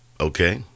Okay